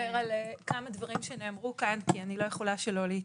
אדבר על כמה דברים שנאמרו כאן כי אני לא יכולה שלא להתייחס,